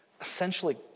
essentially